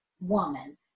woman